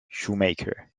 shoemaker